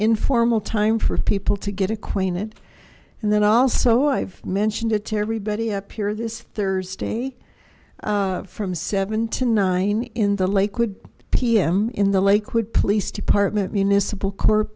informal time for people to get acquainted and then also i've mentioned it to everybody up here this thursday from seven to nine in the lakewood p m in the lakewood police department municipal court